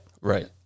Right